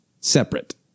separate